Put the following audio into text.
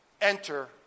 Enter